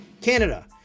Canada